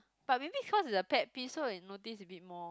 but maybe cause it's a pet peeve so you notice a bit more